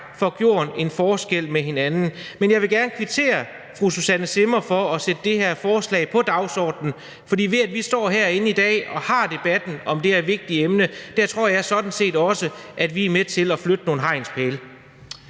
får gjort en forskel for hinanden. Jeg vil gerne kvittere fru Susanne Zimmer for at sætte det her forslag på dagsordenen, for ved at vi står herinde i dag og har debatten om det her vigtige emne, tror jeg sådan set også at vi er med til at flytte nogle hegnspæle.